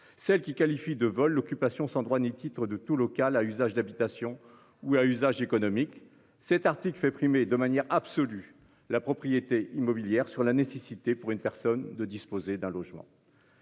Celle qu'il qualifie de vol l'occupation sans droit ni titre de tout local à usage d'habitation ou à usage économique. Cet article fait primer de manière absolue la propriété immobilière sur la nécessité pour une personne de disposer d'un logement.